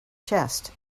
chest